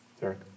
Derek